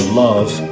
love